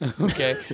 okay